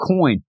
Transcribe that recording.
coin